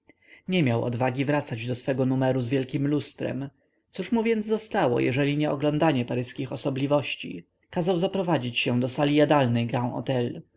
nie miał odwagi wracać do swego numeru z wielkiem lustrem cóż mu więc pozostało jeżeli nie oglądanie paryskich osobliwości kazał zaprowadzić się do sali jadalnej grand htel